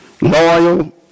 loyal